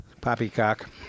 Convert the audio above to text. Poppycock